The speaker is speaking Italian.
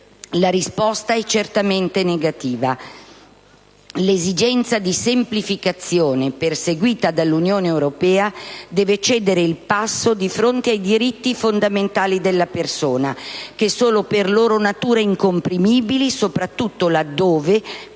la risposta è certamente negativa. L'esigenza di semplificazione perseguita dall'Unione Europea deve cedere il passo di fronte ai diritti fondamentali della persona che sono, per loro natura, incomprimibili, soprattutto laddove